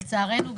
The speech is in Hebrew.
לצערנו,